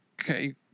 Okay